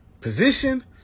position